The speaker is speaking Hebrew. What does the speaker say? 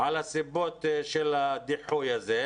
על הסיבות לדחייה הזאת.